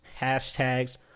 hashtags